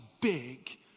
big